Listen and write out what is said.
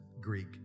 Greek